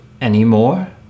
anymore